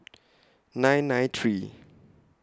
nine nine three